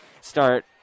start